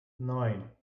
neun